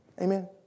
Amen